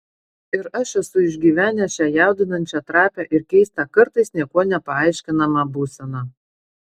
ir aš esu išgyvenęs šią jaudinančią trapią ir keistą kartais niekuo nepaaiškinamą būseną